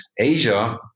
Asia